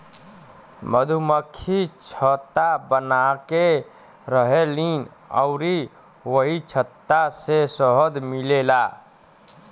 मधुमक्खि छत्ता बनाके रहेलीन अउरी ओही छत्ता से शहद मिलेला